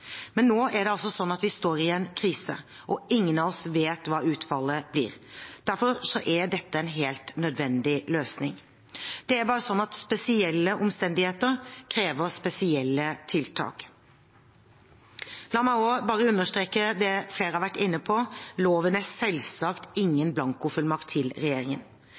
Men nå står vi i en krise, og ingen av oss vet hva utfallet blir. Derfor er dette en helt nødvendig løsning. Det er bare sånn at spesielle omstendigheter krever spesielle tiltak. La meg også bare understreke det flere har vært inne på: Loven er selvsagt ingen blankofullmakt til regjeringen.